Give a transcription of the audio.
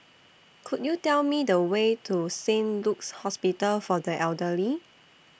Could YOU Tell Me The Way to Saint Luke's Hospital For The Elderly